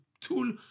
tool